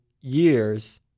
years